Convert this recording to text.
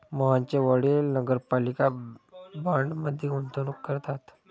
मोहनचे वडील नगरपालिका बाँडमध्ये गुंतवणूक करतात